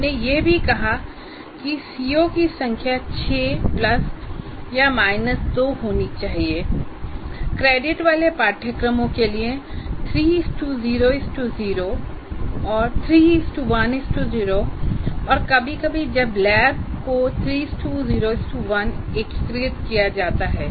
हमने यह भी कहा कि सीओ की संख्या ६ प्लस या माइनस २ होनी चाहिए क्रेडिट वाले पाठ्यक्रमों के लिए ३०० 310 और कभी कभी जब लैब को 301 एकीकृत किया जाता है